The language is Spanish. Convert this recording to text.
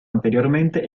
anteriormente